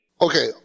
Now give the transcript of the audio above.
Okay